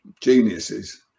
geniuses